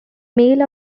male